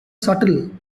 subtle